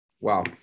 wow